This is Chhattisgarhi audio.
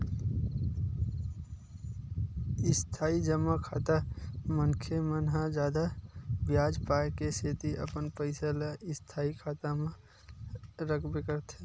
इस्थाई जमा खाता मनखे मन ह जादा बियाज पाय के सेती अपन पइसा ल स्थायी खाता म रखबे करथे